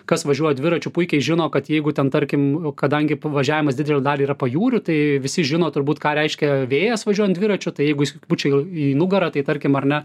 kas važiuoja dviračiu puikiai žino kad jeigu ten tarkim kadangi važiavimas didelę dalį yra pajūriu tai visi žino turbūt ką reiškia vėjas važiuojant dviračiu tai jeigu jis pučia į į nugarą tai tarkim ar ne